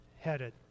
headed